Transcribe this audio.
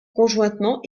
conjointement